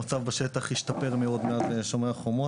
המצב בשטח השתפר מאוד מאז "שומר החומות".